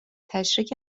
تشریک